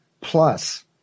plus